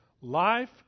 Life